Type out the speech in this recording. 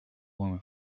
woman